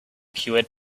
cured